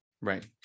Right